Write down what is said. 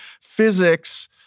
physics